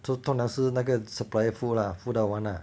这样通常是那个 supplier 付啦付到完啦